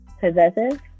possessive